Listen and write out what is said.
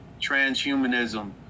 transhumanism